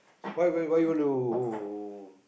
why why why you want to